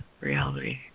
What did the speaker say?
reality